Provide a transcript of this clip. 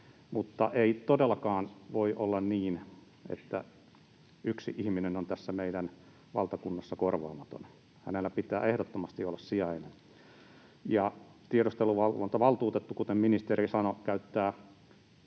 mutta ei todellakaan voi olla niin, että yksi ihminen on tässä meidän valtakunnassa korvaamaton. Hänellä pitää ehdottomasti olla sijainen. Tiedusteluvalvontavaltuutettu, kuten ministeri sanoi, käyttää